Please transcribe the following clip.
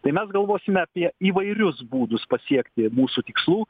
tai mes galvosime apie įvairius būdus pasiekti mūsų tikslų